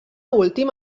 últim